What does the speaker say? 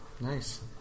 Nice